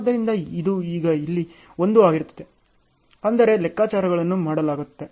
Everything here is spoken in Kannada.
ಆದ್ದರಿಂದ ಇದು ಈಗ ಇಲ್ಲಿ 1 ಆಗಿರುತ್ತದೆ ಅಂದರೆ ಲೆಕ್ಕಾಚಾರಗಳನ್ನು ಮಾಡಲಾಗುತ್ತದೆ